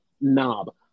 knob